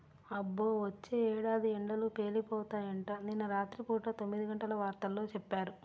అబ్బో, వచ్చే ఏడాది ఎండలు పేలిపోతాయంట, నిన్న రాత్రి పూట తొమ్మిదిగంటల వార్తల్లో చెప్పారు